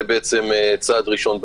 זה צעד ראשון בעניין.